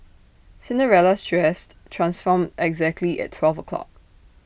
Cinderella's dress transformed exactly at twelve o'clock